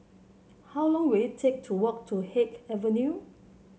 how long will it take to walk to Haig Avenue